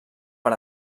per